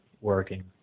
working